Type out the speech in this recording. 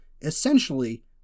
essentially